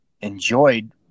enjoyed